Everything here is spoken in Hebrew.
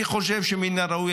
אני חושב שמן הראוי,